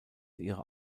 ihre